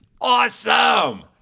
awesome